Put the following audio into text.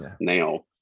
now